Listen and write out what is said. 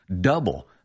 Double